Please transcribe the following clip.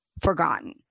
forgotten